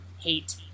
hate